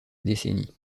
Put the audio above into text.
décennies